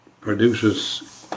produces